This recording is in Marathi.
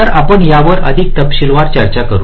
तर आपण यावर अधिक तपशीलवार चर्चा करू